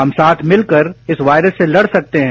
हम साथ मिलकर इस वायरस से लड़ सकते हैं